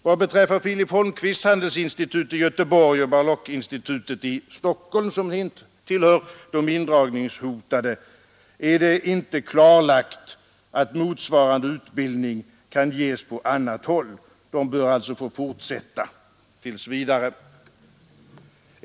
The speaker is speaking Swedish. Vad beträffar Filip Holmqvists handelsinstitut i Göteborg och Bar-Lock-institutet i Stockholm, som tillhör de indragningshotade, är det inte klarlagt att motsvarande utbildning kan ges på annat håll. De bör alltså få fortsätta tills vidare.